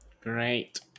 Great